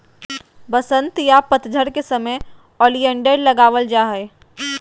वसंत या पतझड़ के समय ओलियंडर लगावल जा हय